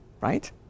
right